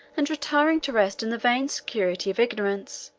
and retiring to rest in the vain security of ignorance,